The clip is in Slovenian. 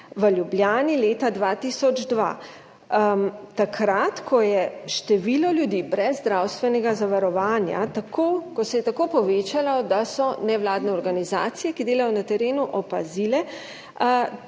v Ljubljani leta 2002. Takrat, ko se je število ljudi brez zdravstvenega zavarovanja tako povečalo, da so nevladne organizacije, ki delajo na terenu, opazile,